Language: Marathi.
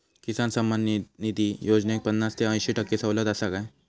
किसान सन्मान निधी योजनेत पन्नास ते अंयशी टक्के सवलत आसा काय?